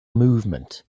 movement